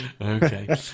Okay